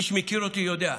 מי שמכיר אותי יודע,